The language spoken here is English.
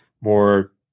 more